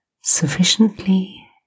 sufficiently